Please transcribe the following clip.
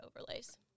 overlays